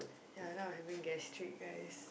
ya now I having gastric guys